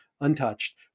untouched